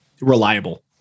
reliable